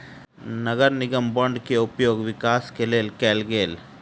नगर निगम बांड के उपयोग विकास के लेल कएल गेल